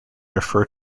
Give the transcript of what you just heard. refer